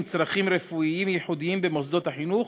צרכים רפואיים ייחודיים במוסדות החינוך,